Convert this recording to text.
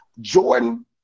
Jordan